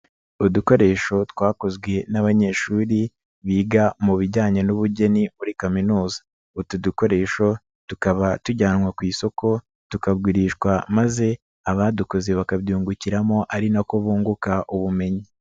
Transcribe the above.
Udukoresho twakozwe n'abanyeshuri biga mu bijyanye n'ubugeni muri kaminuza, utu dukoresho tukaba tujyanwa ku isoko tukagurishwa maze abadukoze bakabyungukiramo ari na ko bunguka ubumenyi.